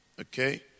Okay